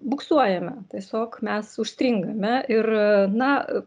buksuojame tiesiog mes užstringame ir na